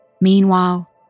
Meanwhile